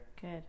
Good